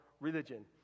religion